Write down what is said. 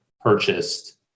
purchased